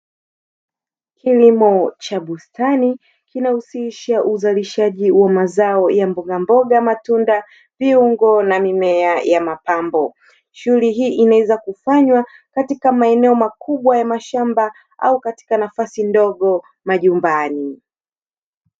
Kilimo cha bustani, kinahusisha uzalishaji wa mazao ya mbogamboga, matunda, viungo na mimea ya mapambo. Shughuli hii inaweza kufanywa katika maeneo makubwa ya mashamba au katika nafasi ndogo majumbani.